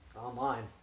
online